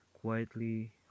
quietly